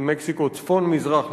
צפון-מזרח,